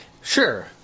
Sure